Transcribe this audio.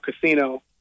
Casino